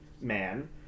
man